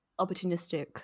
opportunistic